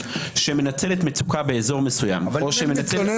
שמנצלת מצוקה באזור מסוים --- רגע,